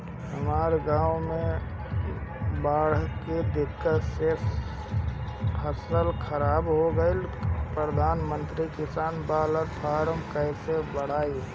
हमरा गांव मे बॉढ़ के दिक्कत से सब फसल खराब हो गईल प्रधानमंत्री किसान बाला फर्म कैसे भड़ाई?